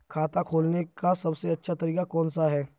खाता खोलने का सबसे अच्छा तरीका कौन सा है?